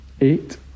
eight